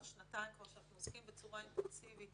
שנתיים שאנחנו עוסקים בצורה אינטנסיבית